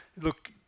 look